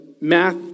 math